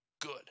Good